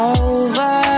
over